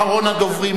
אחרון הדוברים,